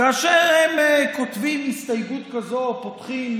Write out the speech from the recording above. כאשר הם כותבים הסתייגות כזאת, פותחים